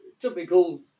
Typical